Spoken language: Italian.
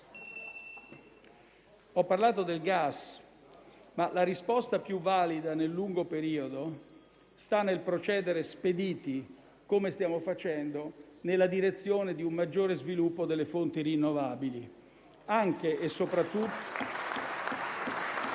Ho parlato del gas, ma la risposta più valida nel lungo periodo sta nel procedere spediti, come stiamo facendo, nella direzione di un maggiore sviluppo delle fonti rinnovabili